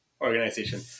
organization